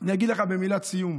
אני אגיד לך במילת סיום: